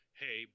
hey